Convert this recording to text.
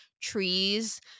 trees